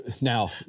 now